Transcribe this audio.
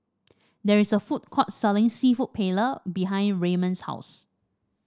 there is a food court selling seafood Paella behind Raymon's house